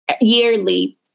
yearly